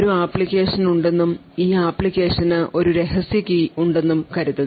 ഒരു ആപ്ലിക്കേഷൻ ഉണ്ടെന്നും ഈ അപ്ലിക്കേഷന് ഒരു രഹസ്യ കീ ഉണ്ടെന്നും കരുതുക